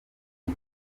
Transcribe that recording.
bwe